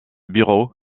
bureau